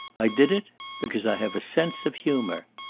i did it because i have a sense of humour.